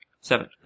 seven